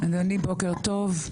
אדוני, בוקר טוב.